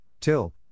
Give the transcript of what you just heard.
Till